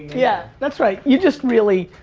yeah. that's right. you just really